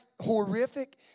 horrific